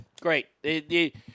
great